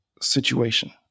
situation